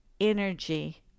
energy